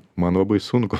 man labai sunku